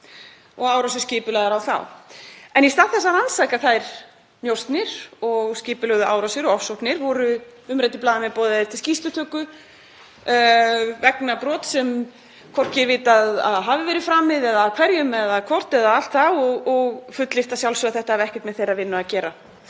og árásir skipulagðar á þá. En í stað þess að rannsaka þær njósnir og skipulögðu árásir og ofsóknir voru umræddir blaðamenn boðaðir til skýrslutöku vegna brots sem hvorki er vitað að hafi verið framið eða af hverjum og allt það, og fullyrt að sjálfsögðu að þetta hefði ekkert með þeirra vinnu að gera.